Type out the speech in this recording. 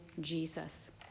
Jesus